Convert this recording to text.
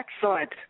excellent